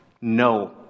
No